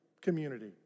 community